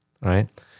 right